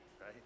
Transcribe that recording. right